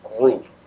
group